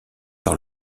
par